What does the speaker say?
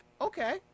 okay